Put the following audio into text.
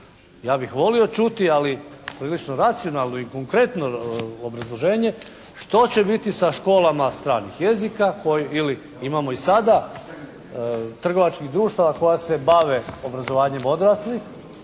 Ja bih volio čuti ali prilično racionalno i konkretno obrazloženje što će biti sa školama stranih jezika ili imamo i sada trgovačkih društava koja se bave obrazovanjem odraslih.